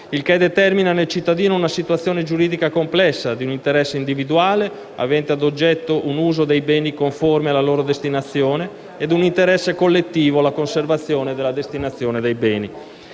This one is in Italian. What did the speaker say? il che determina, nel cittadino, una situazione giuridica complessa, di un interesse individuale avente ad oggetto un uso dei beni conforme alla loro destinazione ed un interesse collettivo alla conservazione della destinazione dei beni.